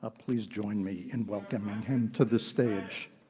ah please join me in welcoming him to the stage.